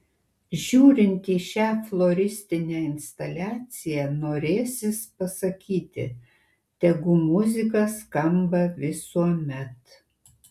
žiūrint į šią floristinę instaliaciją norėsis pasakyti tegu muzika skamba visuomet